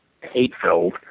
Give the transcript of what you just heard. hate-filled